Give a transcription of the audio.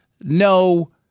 No